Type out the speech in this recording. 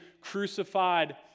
crucified